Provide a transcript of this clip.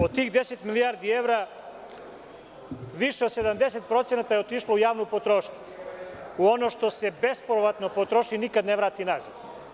Od tih 10 milijardi evra, više od 70% je otišlo u javnu potrošnju, u ono što se bespovratno potroši i nikad ne vrati nazad.